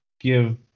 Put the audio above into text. give